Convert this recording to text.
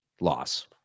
Loss